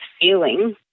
feeling